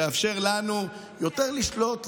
תאפשר לנו יותר לשלוט,